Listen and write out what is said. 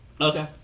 Okay